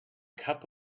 cup